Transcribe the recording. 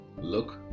Look